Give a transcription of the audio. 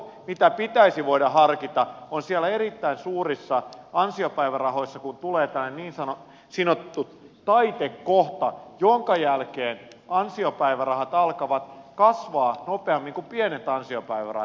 ainoa mitä pitäisi voida harkita on siellä erittäin suurissa ansiopäivärahoissa kun tulee tämä niin sanottu taitekohta jonka jälkeen ansiopäivärahat alkavat kasvaa nopeammin kuin pienet ansiopäivärahat